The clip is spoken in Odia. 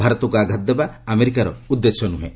ଭାରତକୁ ଆଘାତ ଦେବା ଆମେରିକାର ଉଦ୍ଦେଶ୍ୟ ନୃହେଁ